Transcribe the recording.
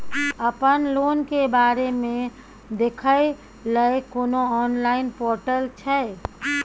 अपन लोन के बारे मे देखै लय कोनो ऑनलाइन र्पोटल छै?